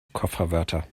kofferwörter